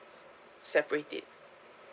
separate it